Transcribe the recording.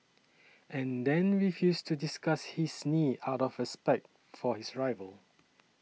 and then refused to discuss his knee out of respect for his rival